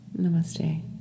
Namaste